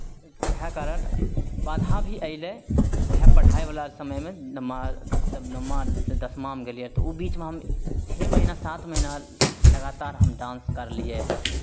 इएह कारण बाधा भी अयलै उएह पढ़ाइवला समयमे नम्मा जब नवमासँ दशमामे गेलियै तऽ ओ बीचमे हम छओ महीना सात महीना लगातार हम डान्स करलियै रहए